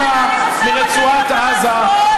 אתם שחררתם מחבלים.